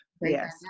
yes